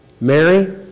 Mary